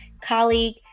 colleague